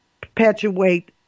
perpetuate